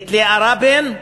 את לאה רבין,